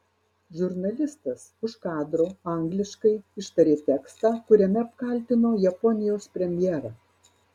žurnalistas už kadro angliškai ištarė tekstą kuriame apkaltino japonijos premjerą